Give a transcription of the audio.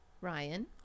Ryan